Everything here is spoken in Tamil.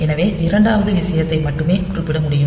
எனவே இரண்டாவது விஷயத்தை மட்டுமே குறிப்பிட முடியும்